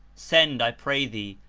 send, i pray thee,